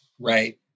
Right